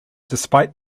despite